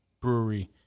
brewery